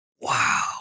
Wow